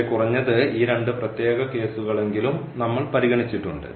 പക്ഷേ കുറഞ്ഞത് ഈ രണ്ട് പ്രത്യേക കേസുകളെങ്കിലും നമ്മൾ പരിഗണിച്ചിട്ടുണ്ട്